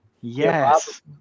yes